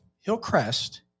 Hillcrest